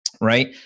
right